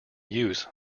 use